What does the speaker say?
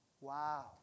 Wow